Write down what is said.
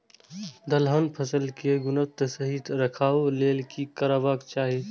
दलहन फसल केय गुणवत्ता सही रखवाक लेल की करबाक चाहि?